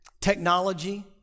technology